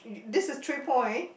this is three point